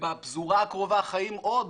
ובפזורה הקרובה חיים עוד